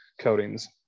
coatings